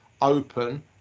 open